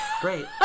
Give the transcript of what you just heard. Great